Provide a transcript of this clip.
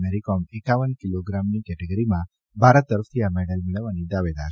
મેરીકોમ એકાવન કીલો ગ્રામની કેટેગરીમાં ભારત તરફથી આ મેડલ મેળવવાની દાવેદાર છે